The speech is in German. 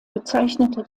bezeichnete